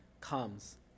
comes